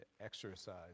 exercise